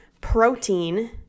protein